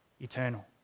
eternal